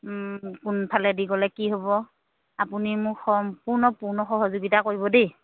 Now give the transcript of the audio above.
কোনফালে দি গ'লে কি হ'ব আপুনি মোক সম্পূৰ্ণ পূৰ্ণ সহযোগিতা কৰিব দেই